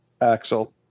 Axel